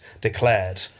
declared